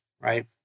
right